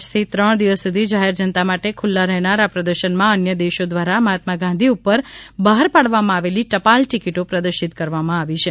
આજથી ત્રણ દિવસ સુધી જાહેર જનતા માટે ખુલ્લા રહેનાર આ પ્રદર્શનમાં અન્ય દેશો દ્વારા મહાત્મા ગાંધી ઉપર બહાર પાડવામાં આવેલી ટપાલ ટિકિટો પ્રદર્શિત કરવામાં આવી છે